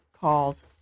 calls